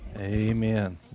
Amen